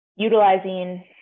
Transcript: utilizing